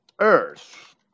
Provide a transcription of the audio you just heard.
earth